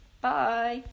Bye